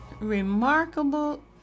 remarkable